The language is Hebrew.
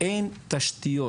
אין תשתיות.